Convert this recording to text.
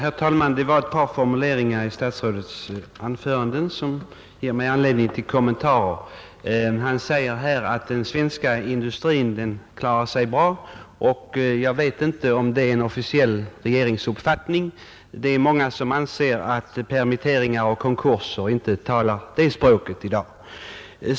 Fru talman! Det är ett par formuleringar i statsrådets anföranden som ger mig anledning till kommentarer. Han säger att den svenska industrin klarar sig bra. Jag vet inte om det är en officiell regeringsuppfattning, men det är många som anser att antalet permitteringar och konkurser inte talar det språket i dag.